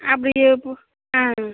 அப்படியே போ ஆ